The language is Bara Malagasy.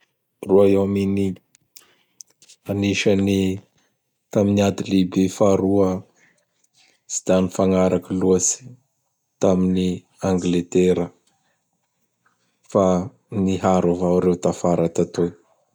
Royaume-Unis! Anisan'ny tamin'ny ady lehibe faharoa tsy da nifagnaraky loatsy tamin'i Angletera fa niharo avao reo tafara tatoy.